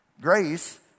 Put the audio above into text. Grace